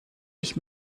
ich